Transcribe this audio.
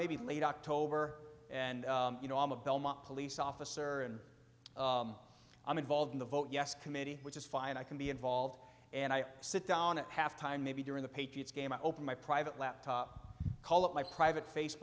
maybe late october and you know i'm a belmont police officer and i'm involved in the vote yes committee which is fine i can be involved and i sit down at halftime maybe during the patriots game i open my private laptop call up my private